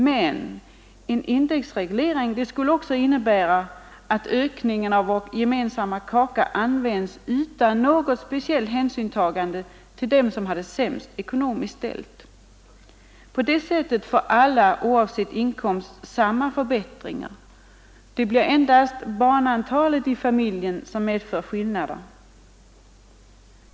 Men en indexreglering skulle också innebära att ökningen av vår gemensamma kaka användes utan något speciellt hänsynstagande till dem som har det sämst ekonomiskt ställt. Alla oavsett inkomst får på det sättet samma förbättringar; endast barnantalet i familjen medför skillnader.